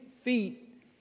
feet